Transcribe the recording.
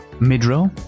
Mid-Row